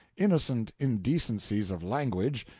innocent indecencies of language,